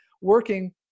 working